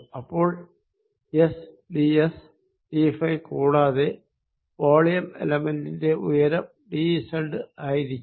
അപ്പോൾ SD S D phi കൂടാതെ volume എലെമെന്റിന്റെ ഉയരം ഡി സെഡ് ആയിരിക്കും